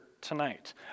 tonight